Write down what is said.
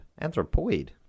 Anthropoid